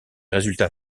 résultats